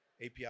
API